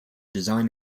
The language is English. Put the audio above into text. design